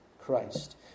Christ